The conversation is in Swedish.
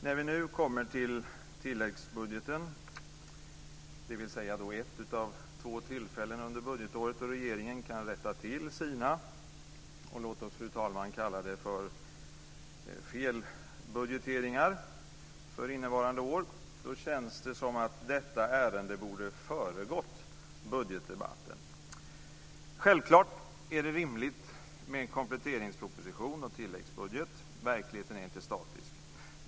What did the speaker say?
När vi nu kommer till tilläggsbudgeten, dvs. ett av två tillfällen under budgetåret då regeringen kan rätta till sina - och låt oss, fru talman, kalla det så - felbudgeteringar för innevarande år, då känns det som att detta ärende borde ha föregått budgetdebatten. Självklart är det rimligt med en kompletteringsproposition och tilläggsbudget. Verkligheten är inte statisk.